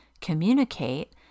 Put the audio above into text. communicate